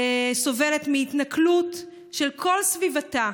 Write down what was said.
סובלת מהתנכלות של כל סביבתה.